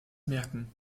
merken